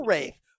Rafe